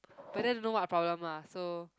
but then don't know what problem lah so